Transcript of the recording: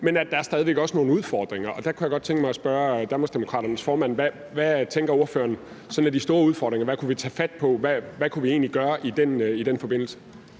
men at der stadig væk også er nogle udfordringer. Der kunne jeg godt tænke mig at spørge Danmarksdemokraternes formand, hvad hun sådan tænker er de store udfordringer. Hvad kunne vi tage fat på, og hvad kunne vi egentlig gøre i den forbindelse?